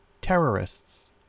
terrorists